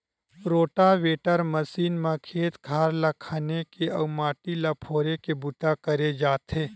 rotavator machine म खेत खार ल खने के अउ माटी ल फोरे के बूता करे जाथे